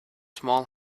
small